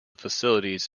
facilities